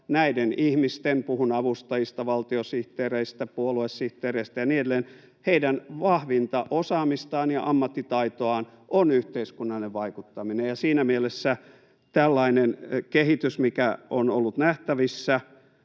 näiden ihmisten — puhun avustajista, valtiosihteereistä, puoluesihteereistä ja niin edelleen — vahvinta osaamista ja ammattitaitoa on yhteiskunnallinen vaikuttaminen, ja siinä mielessä tällainen kehitys, mikä on ollut nähtävissä,